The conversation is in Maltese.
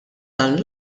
dan